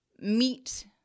meet